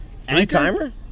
three-timer